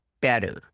better